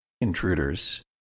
intruders